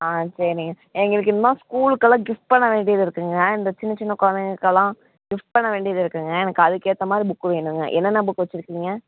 ஆ சரிங்க எங்களுக்கு இன்னும் ஸ்கூலுக்கு எல்லாம் கிஃப்ட் பண்ண வேண்டியது இருக்குங்க இந்த சின்ன சின்ன குழந்தைகளுக்கெல்லாம் கிஃப்ட் பண்ணவேண்டியது இருக்குங்க எனக்கு அதுக்கு ஏற்றமாரி புக் வேணும்ங்க என்னென்ன புக் வச்சுருக்கீங்க